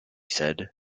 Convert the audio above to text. said